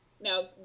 Now